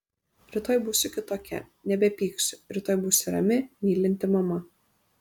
rytoj būsiu kitokia nebepyksiu rytoj būsiu rami mylinti mama